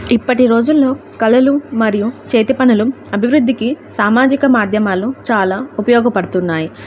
ఇప్పటి రోజుల్లో కళలు మరియు చేతి పనులు అభివృద్ధికి సామాజిక మాధ్యమాలు చాలా ఉపయోగపడుతున్నాయి